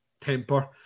temper